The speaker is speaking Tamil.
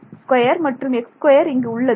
y2 மற்றும் x2 இங்கு உள்ளது